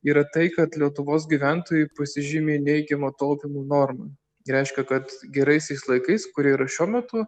yra tai kad lietuvos gyventojai pasižymi neigiama taupymo norma reiškia kad geraisiais laikais kurie yra šiuo metu